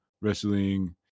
wrestling